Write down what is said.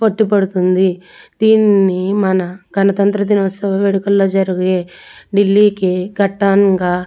ఉట్టి పడుతుంది దీనిని మన గణతంత్ర దినోత్సవ వేడుకల్లో జరిగే ఢిల్లీకి ఘట్టంగా